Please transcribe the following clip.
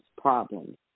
problems